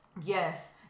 Yes